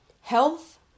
health